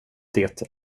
det